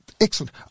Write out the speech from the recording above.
Excellent